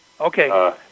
Okay